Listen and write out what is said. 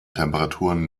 temperaturen